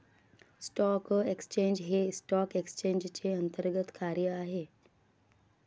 stock exchange हे stock एक्सचेंजचे अंतर्गत कार्य आहे